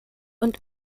und